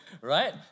Right